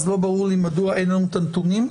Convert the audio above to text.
לא ברור לי מדוע אין לנו את הנתונים.